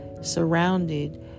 surrounded